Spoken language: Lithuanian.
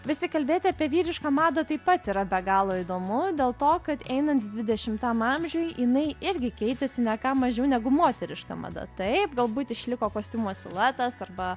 vis tik kalbėti apie vyrišką madą taip pat yra be galo įdomu dėl to kad einant dvidešimtam amžiui jinai irgi keitėsi ne ką mažiau negu moteriška mada taip galbūt išliko kostiumo siluetas arba